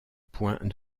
point